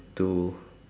to